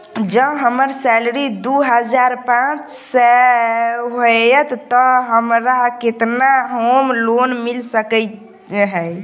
जँ हम्मर सैलरी दु हजार पांच सै हएत तऽ हमरा केतना होम लोन मिल सकै है?